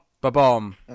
Ba-bomb